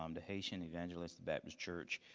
um the haitian evangelist baptist church,